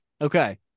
Okay